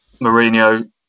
Mourinho